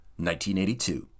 1982